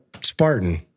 Spartan